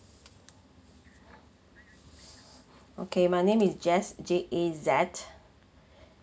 okay my name is jaz J A Z